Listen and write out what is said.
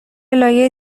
لایه